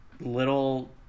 little